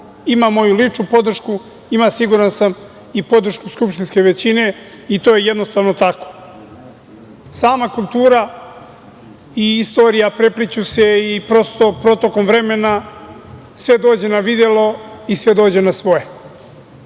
ima moju ličnu podršku. Ima, siguran sam, i podršku skupštinske većine i to je jednostavno tako. Sama kultura i istorija prepliću se i, prosto, protokom vremena sve dođe na videlo i sve dođe na svoje.